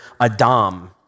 Adam